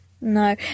No